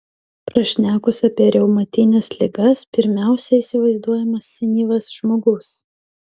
prašnekus apie reumatines ligas pirmiausia įsivaizduojamas senyvas žmogus